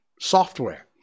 software